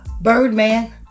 Birdman